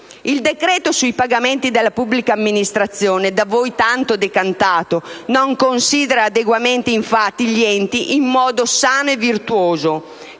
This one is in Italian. Il decreto sui pagamenti della pubblica amministrazione, da voi tanto decantato, non considera adeguatamente gli enti in modo sano e virtuoso,